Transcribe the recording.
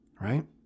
right